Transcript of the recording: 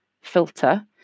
filter